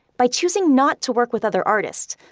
by choosing not to work with other artists,